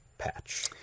patch